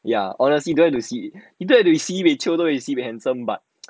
ya honestly don't have to be sibeh chio don't have to be sibeh handsome but